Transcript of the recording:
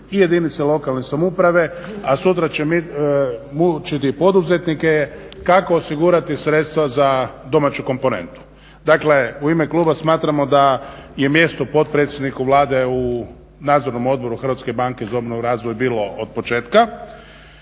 i jedinice lokalne samouprave, a sutra će mučiti poduzetnike kako osigurati sredstva za domaću komponentu. Dakle u ime kluba smatramo da je mjesto potpredsjedniku Vlade u Nadzornom odboru HBOR-u bilo od početka.